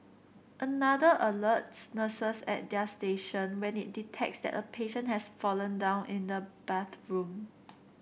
another alerts nurses at their station when it detects that a patient has fallen down in the bathroom